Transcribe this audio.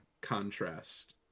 contrast